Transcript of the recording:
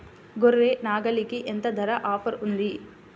గొర్రె, నాగలికి ఎంత ధర ఆఫర్ ఉంది?